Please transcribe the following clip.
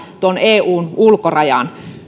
eun ulkorajan